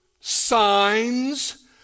signs